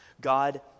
God